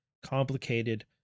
Complicated